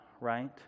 right